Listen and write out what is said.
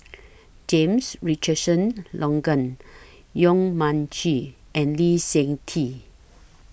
James Richardson Logan Yong Mun Chee and Lee Seng Tee